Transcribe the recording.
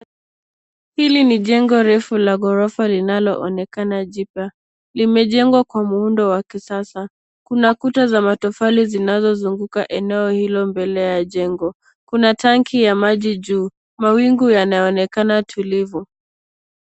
Hili ni jengo refu la ghorofa linaloonekana jipya. Limejengwa kwa muundo wa kisasa. Kuna kuta za matofali zinazozunguka eneo hilo mbele ya jengo. Kuna tangi ya maji juu. Mawingu yanaonekana tulivu.